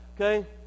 okay